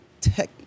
tech